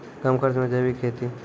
कम खर्च मे जैविक खेती?